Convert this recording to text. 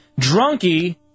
Drunky